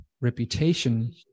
reputation